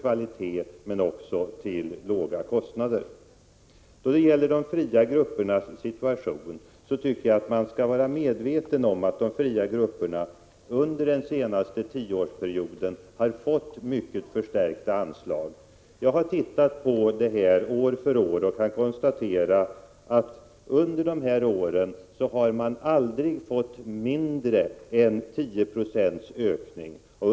1986/87:117 hög kvalitet men också till låga kostnader. 6 maj 1987 Vi skall vara medvetna om att de fria grupperna under den senaste tioårsperioden har fått kraftigt förstärkta anslag. Jag har följt utvecklingen år — A”slag till teater, dans för år och kan konstatera att de aldrig har fått mindre än 10 procents ökning. — 9Ch musik, m.m.